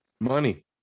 Money